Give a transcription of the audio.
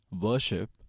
Worship